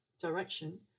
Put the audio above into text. direction